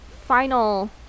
final